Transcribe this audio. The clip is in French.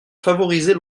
favoriser